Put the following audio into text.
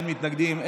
אין מתנגדים,